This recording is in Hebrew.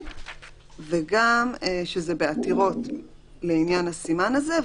וגם שזה בעתירות לעניין הסימן הזה.